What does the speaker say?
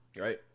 Right